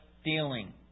stealing